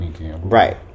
Right